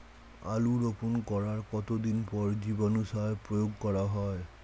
আলু রোপণ করার কতদিন পর জীবাণু সার প্রয়োগ করা হয়?